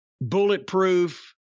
bulletproof